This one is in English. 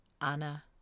Anna